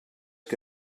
que